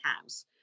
house